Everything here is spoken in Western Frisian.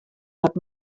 net